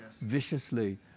viciously